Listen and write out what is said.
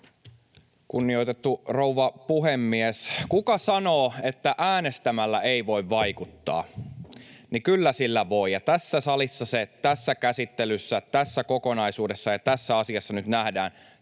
Kunnioitettu rouva puhemies! Kuka sanoo, että äänestämällä ei voi vaikuttaa — kyllä sillä voi, ja tässä salissa, tässä käsittelyssä, tässä kokonaisuudessa ja tässä asiassa se nyt nähdään.